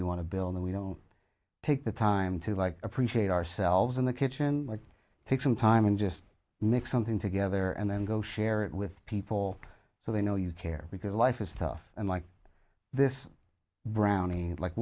we want to build and we don't take the time to like appreciate ourselves in the kitchen take some time and just make something together and then go share it with people so they know you care because life is tough and like this brownie like